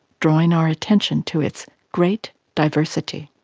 drawing our attention to its great diversity.